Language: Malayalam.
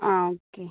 ആ ഓക്കെ